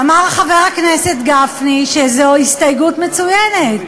אמר חבר הכנסת גפני שזאת הסתייגויות מצוינת.